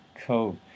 cool